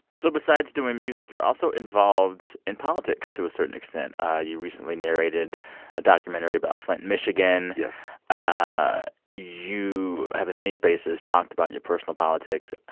so besides doing music, you're also involved in politics to a certain extent. ah you recently narrated a documentary about flint, mich yes ah you have in many spaces talked about your personal politics.